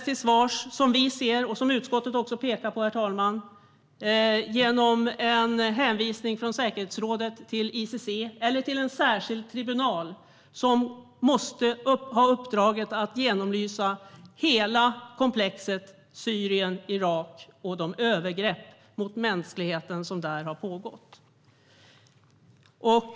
De kan som vi ser det, något som utskottet också pekar på, ställas till svars genom en hänvisning från säkerhetsrådet till ICC eller till en särskild tribunal som måste ha uppdraget att genomlysa hela komplexet Syrien-Irak och de övergrepp mot mänskligheten som där har pågått.